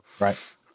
right